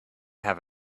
have